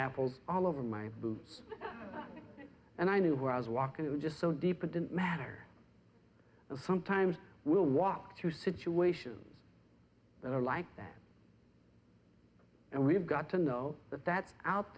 apples all over my boots and i knew where i was walking it was just so deep it didn't matter sometimes we'll walk through situations that are like that and we've got to know that